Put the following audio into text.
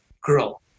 grow